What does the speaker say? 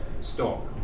stock